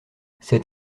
cet